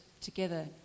together